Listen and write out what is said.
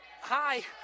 Hi